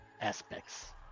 aspects